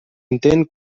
intent